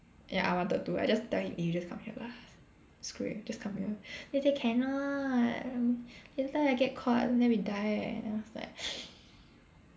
ya I wanted to like just tell him eh you just come here lah screw it just come here then he say cannot later I get caught then we die eh then I was like